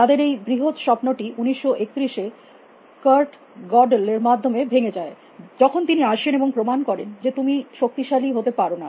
তাদের এই বৃহত স্বপ্নটি 1931 এ কুর্ট গডেল এর মাধ্যমে ভেঙ্গে যায় যখন টেনে আসেন এবং প্রমাণ করেন যে তুমি শক্তিশালী হতে পারো না